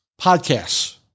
podcasts